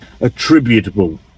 attributable